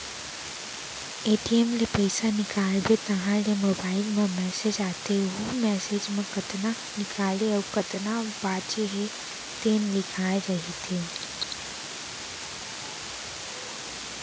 ATM ले पइसा निकालबे तहाँ ले मोबाईल म मेसेज आथे वहूँ मेसेज म कतना निकाले अउ कतना बाचे हे तेन लिखाए रहिथे